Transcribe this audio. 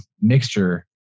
mixture